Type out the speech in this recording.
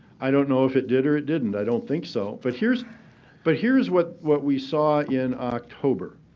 i don't know if it did or it didn't. i don't think so. but here's but here's what what we saw in october